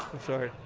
sorry.